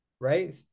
Right